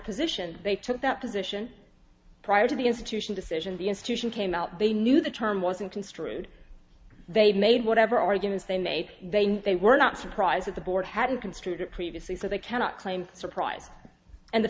position they took that position prior to the institution decision the institution came out they knew the term wasn't construed they made whatever arguments they made they were not surprised that the board hadn't construed it previously so they cannot claim surprise and the